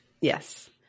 Yes